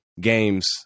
games